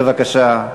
בבקשה.